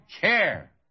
care